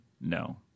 No